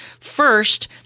First